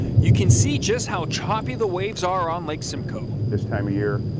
you can see just how choppy the waves are on lake simcoe. this time of year,